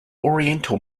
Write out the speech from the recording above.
oriental